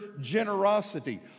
generosity